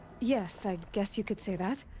yes, i'd guess you could say that.